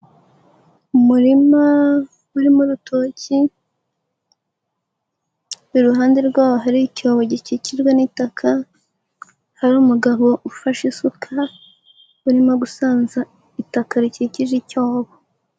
Umurima urimo urutoki, iruhande rwawo hari icyobo gikikijwe n'itaka, hari umugabo ufashe isuka urimo gusaza itaka rikikije icyobo.